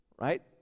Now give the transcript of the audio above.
Right